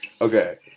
Okay